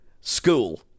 school